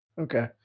Okay